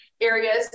areas